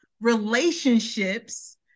relationships